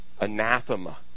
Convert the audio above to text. anathema